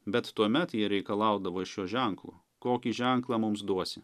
bet tuomet jie reikalaudavo iš jo ženklo kokį ženklą mums duosi